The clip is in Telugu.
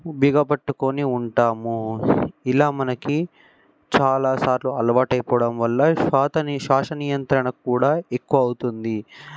బిగపట్టుకొని ఉంటాము ఇలా మనకి చాలా సార్లు అలవాటు అయిపోవడం వల్ల శ్వాస నీ శ్వాస నియంత్రణ కూడా ఎక్కువ అవుతుంది